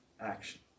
action